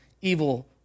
evil